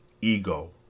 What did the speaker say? ego